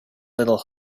little